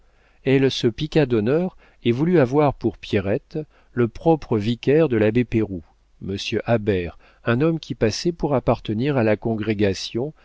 elle se piqua d'honneur et voulut avoir pour pierrette le propre vicaire de l'abbé péroux monsieur habert un homme qui passait pour appartenir à la congrégation